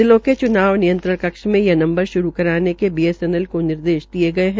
जिलों के च्नाव नियंत्रण कक्ष में यह नंबर श्रू कराने के बीएसएनएल को निर्देश दिये गये है